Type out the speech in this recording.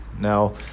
Now